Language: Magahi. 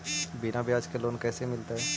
बिना ब्याज के लोन कैसे मिलतै?